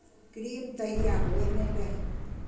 cream तहिया होइ नहि रहय